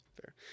fair